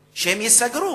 ייסגרו.